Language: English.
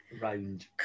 round